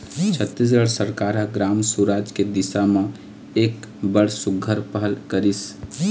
छत्तीसगढ़ सरकार ह ग्राम सुराज के दिसा म एक बड़ सुग्घर पहल करिस